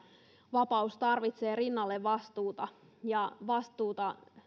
vapaus tarvitsee rinnalle vastuuta vastuuta